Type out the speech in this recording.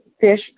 fish